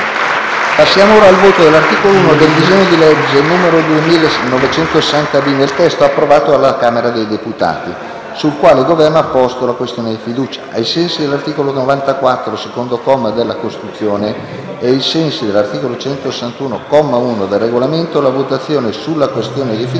la votazione dell'articolo 1 del disegno di legge n. 2960-B, nel testo approvato dalla Camera dei deputati, sul quale il Governo ha posto la questione di fiducia. Ricordo che ai sensi dell'articolo 94, secondo comma, della Costituzione e ai sensi dell'articolo 161, comma 1, del Regolamento, la votazione sulla fiducia